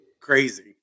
crazy